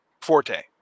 forte